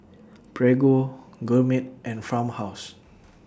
Prego Gourmet and Farmhouse